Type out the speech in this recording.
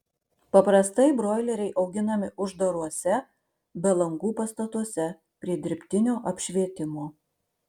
paprastai broileriai auginami uždaruose be langų pastatuose prie dirbtinio apšvietimo